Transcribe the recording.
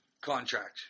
contract